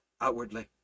outwardly